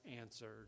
answered